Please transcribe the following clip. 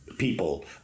People